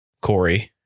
Corey